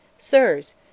Sirs